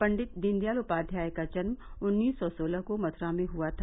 पंडित दीनदयाल उपाध्याय का जन्म उन्नीस सौ सोलह को मथ्रा में हुआ था